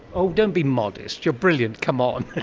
oh don't be modest, you're brilliant, come on.